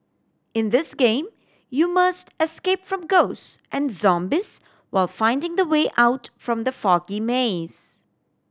in this game you must escape from ghost and zombies while finding the way out from the foggy maze